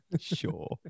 Sure